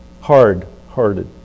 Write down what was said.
Hard-hearted